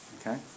Okay